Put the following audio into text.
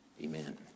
Amen